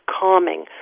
calming